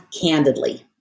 candidly